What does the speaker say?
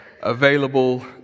available